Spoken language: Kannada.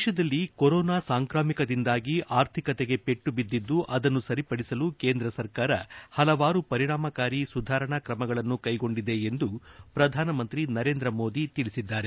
ದೇಶದಲ್ಲಿ ಕೊರೊನಾ ಸಾಂಕ್ರಾಮಿಕದಿಂದಾಗಿ ಆರ್ಥಿಕತೆಗೆ ಪೆಟ್ಟು ಬಿದ್ದಿದ್ದು ಅದನ್ನು ಸರಿಪಡಿಸಲು ಕೇಂದ್ರ ಸರಕಾರ ಹಲವಾರು ಪರಿಣಾಮಕಾರಿ ಸುಧಾರಣಾ ಕ್ರಮಗಳನ್ನು ಕೈಗೊಂಡಿದೆ ಎಂದು ಪ್ರಧಾನಮಂತ್ರಿ ನರೇಂದ್ರ ಮೋದಿ ತಿಳಿಸಿದ್ದಾರೆ